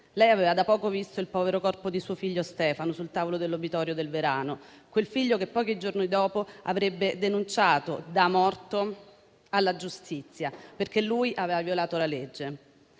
Lei aveva da poco visto il povero corpo di suo figlio Stefano sul tavolo dell'obitorio del Verano, quel figlio che pochi giorni dopo avrebbe denunciato da morto alla giustizia, perché lui aveva violato la legge.